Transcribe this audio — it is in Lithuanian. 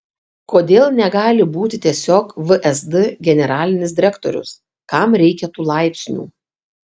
kodėl negali būti tiesiog vsd generalinis direktorius kam reikia tų laipsnių